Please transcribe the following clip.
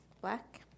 black